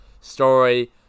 story